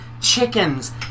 chickens